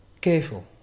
careful